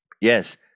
Yes